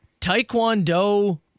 Taekwondo